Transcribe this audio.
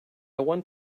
want